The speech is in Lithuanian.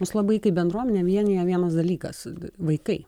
mus labai kaip bendruomenę vienija vienas dalykas vaikai